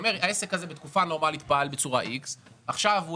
אני אומר שהעסק הזה בתקופה נורמלית פעל בצורה איקס ועכשיו הוא